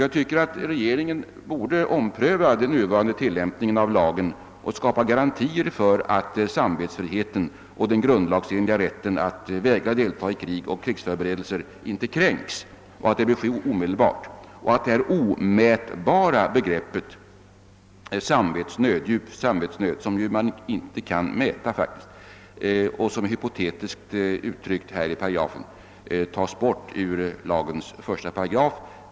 Jag tycker att regeringen borde ompröva den nuvarande tillämpningen av lagen och skapa garantier för att samvetsfriheten och den grundlagsenliga rätten att vägra delta i krig och krigsförberedelser inte kränks. Begreppet djup samvetsnöd, som vi faktiskt inte kan mäta och som är hypotetiskt uttryckt i paragrafen, bör tas bort ur lagens första paragraf.